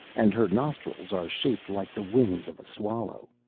and her nostrils are shaped like the wings of a swallow.